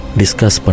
discuss